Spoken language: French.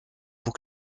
pour